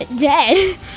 dead